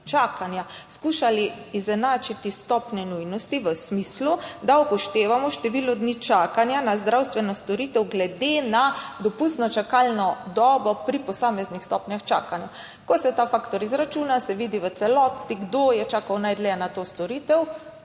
čakanja skušali izenačiti stopnjo nujnosti v smislu, da upoštevamo število dni čakanja na zdravstveno storitev glede na dopustno čakalno dobo pri posameznih stopnjah čakanja. Ko se ta faktor izračuna, se vidi v celoti kdo je čakal najdlje na to storitev.